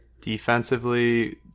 Defensively